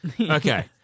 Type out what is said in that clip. Okay